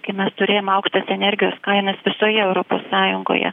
kai mes turėjom aukštas energijos kainas visoje europos sąjungoje